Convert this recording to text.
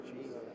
Jesus